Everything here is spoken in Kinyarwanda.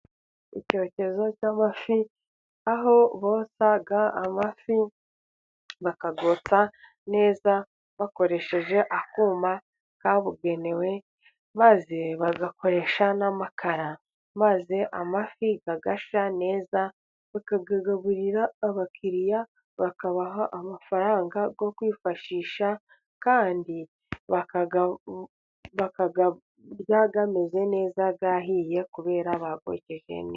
Icyokezo cy'amafi, aho botsa amafi bakayotsa neza, bakoresheje akuma kabugenewe, maze bagakoresha n'amakara, maze amafi agashya neza, bakayagaburira abakiriya bakabaha amafaranga yo kwifashisha, kandi bakayarya ameze neza yahiye kubera bayokeje neza.